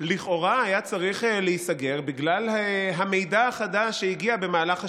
לכאורה היה צריך להיסגר בגלל מידע חדש שהגיע במהלך השימוע,